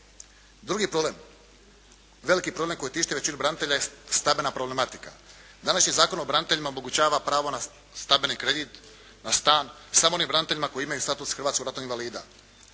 Drugi problem, veliki problem koji tišti većinu branitelja je stambena problematika. Današnji Zakon o braniteljima omogućava pravo na stambeni kredit, na stan samo onim braniteljima koji imaju status hrvatskog ratnog invalida.